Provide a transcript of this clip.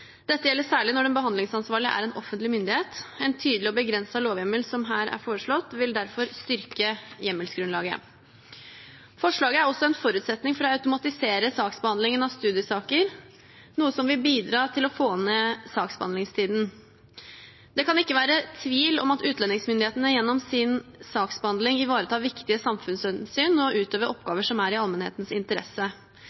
Dette gjelder særlig når den behandlingsansvarlige er en offentlig myndighet. En tydelig og begrenset lovhjemmel, som her er foreslått, vil derfor styrke hjemmelsgrunnlaget. Forslaget er også en forutsetning for å automatisere saksbehandlingen av studiesaker, noe som vil bidra til å få ned saksbehandlingstiden. Det kan ikke være tvil om at utlendingsmyndighetene gjennom sin saksbehandling ivaretar viktige samfunnshensyn og utøver